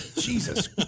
Jesus